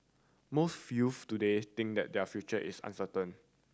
most youths today think that their future is uncertain